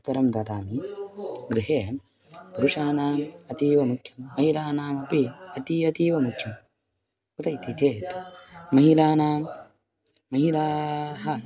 उत्तरं ददामि गृहे पुरुषाणाम् अतीव मुख्यं महिलानाम् अपि अतीव अतीव मुख्यम् कुतः इति चेत् महिलानां महिलाः